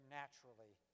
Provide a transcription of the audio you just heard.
naturally